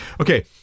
Okay